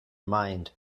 mind